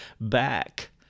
back